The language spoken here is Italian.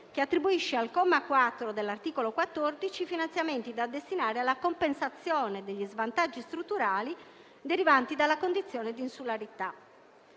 che attribuisce al comma 4 dell'articolo 14 finanziamenti da destinare alla compensazione degli svantaggi strutturali derivanti dalla condizione di insularità.